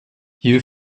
you